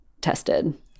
tested